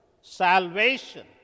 Salvation